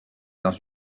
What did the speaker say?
dans